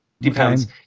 Depends